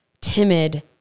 timid